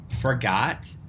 forgot